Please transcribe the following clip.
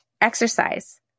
Exercise